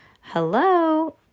Hello